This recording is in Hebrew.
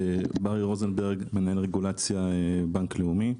אני מנהל רגולציה בבנק לאומי.